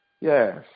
Yes